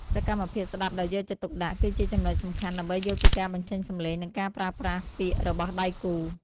សកម្មភាពស្ដាប់ដោយយកចិត្តទុកដាក់ គឺជាចំណុចសំខាន់ដើម្បីយល់ពីការបញ្ចេញសម្លេង និងការប្រើប្រាស់ពាក្យរបស់ដៃគូ។